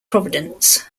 providence